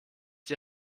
die